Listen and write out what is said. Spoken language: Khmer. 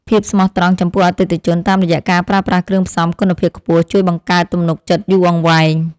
ភាពស្មោះត្រង់ចំពោះអតិថិជនតាមរយៈការប្រើប្រាស់គ្រឿងផ្សំគុណភាពខ្ពស់ជួយបង្កើតទំនុកចិត្តយូរអង្វែង។